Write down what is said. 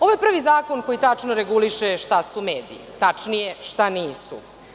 Ovo je prvi zakon koji tačno reguliše šta su mediji, tačnije šta nisu.